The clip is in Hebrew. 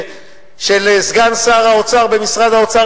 של סגן שר האוצר במשרד האוצר,